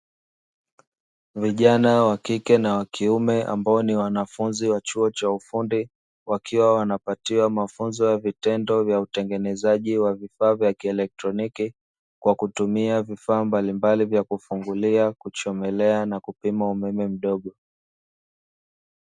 Vijana wa kike na wa kiume, ambao ni wanafunzi wa chuo cha ufundi, wakiwa wanapatiwa mafunzo ya vitendo ya utengenezaji wa vifaa vya kieletroniki, kwa kutumia vifaa mbalimbali vya kufungulia, kuchomolea na kupima umeme mdogo.